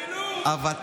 תמשלו, עכשיו תמשלו.